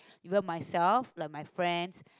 even myself like my friends